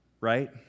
right